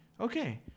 Okay